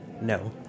No